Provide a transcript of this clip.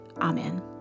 Amen